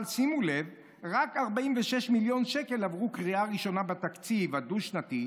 אבל שימו לב: "רק 46 מיליון שקל עברו קריאה ראשונה בתקציב הדו-שנתי",